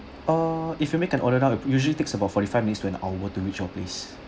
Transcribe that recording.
uh if you make an order now it usually takes about forty-five minutes to an hour to reach your place